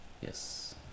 Yes